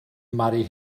mari